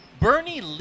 Bernie